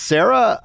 Sarah